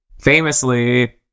famously